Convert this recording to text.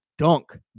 Dunk